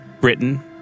Britain